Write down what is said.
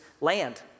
land